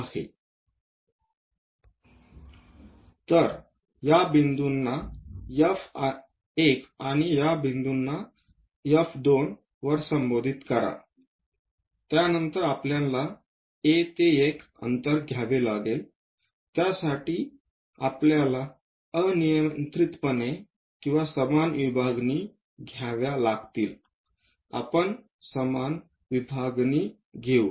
तर या बिंदूंना F1 आणि या बिंदू F2 वर संबोधित करा त्यानंतर आपल्याला A ते 1 अंतर घ्यावे लागेल त्यासाठी आपल्याला अनियंत्रितपणे किंवा समान विभागणी घ्याव्या लागतील आपण समान विभाग घेऊ